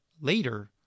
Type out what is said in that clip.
later